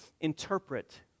interpret